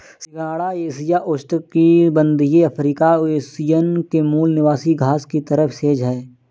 सिंघाड़ा एशिया, उष्णकटिबंधीय Africa, Oceania के मूल निवासी घास की तरह सेज है